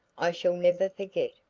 i shall never forget,